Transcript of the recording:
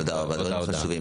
תודה רבה על הדברים החשובים.